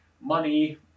money